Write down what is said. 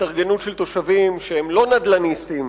התארגנות של תושבים שהם לא נדל"ניסטים,